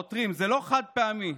העותרים: זה לא חד-פעמי,